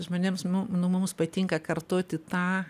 žmonėms nu nu mums patinka kartoti tą